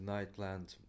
Nightland